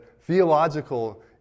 theological